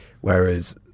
whereas